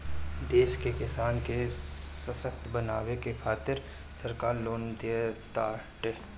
देश के किसान के ससक्त बनावे के खातिरा सरकार लोन देताटे